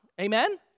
Amen